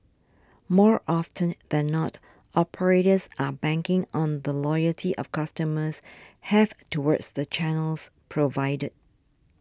more often than not operators are banking on the loyalty of customers have towards the channels provided